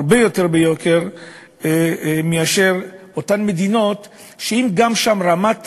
הרבה יותר ביוקר מאשר באותן מדינות שגם אם שם רמת